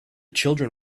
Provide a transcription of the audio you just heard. children